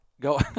go